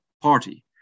party